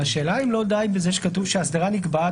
אבל השאלה האם לא די בזה שכתוב שהאסדרה נקבעת